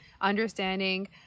understanding